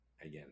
again